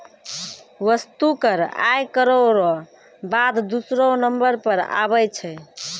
वस्तु कर आय करौ र बाद दूसरौ नंबर पर आबै छै